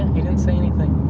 and he didn't say anything.